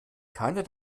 keiner